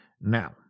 Now